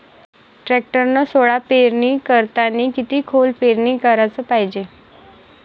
टॅक्टरनं सोला पेरनी करतांनी किती खोल पेरनी कराच पायजे?